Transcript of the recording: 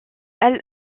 elle